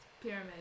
pyramid